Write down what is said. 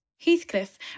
Heathcliff